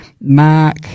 Mark